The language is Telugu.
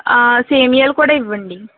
సేమ్యాలు కూడా ఇవ్వండి